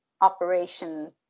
operation